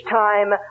time